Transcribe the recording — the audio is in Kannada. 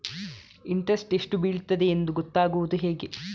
ಇಂಟ್ರೆಸ್ಟ್ ಎಷ್ಟು ಬೀಳ್ತದೆಯೆಂದು ಗೊತ್ತಾಗೂದು ಹೇಗೆ?